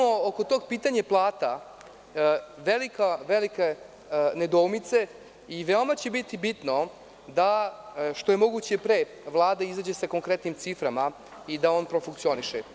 Oko tog pitanja plata imamo velike nedoumice i veoma će biti bitno da što je moguće pre Vlada izađe sa konkretnim ciframa i da on profunkcioniše.